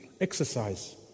exercise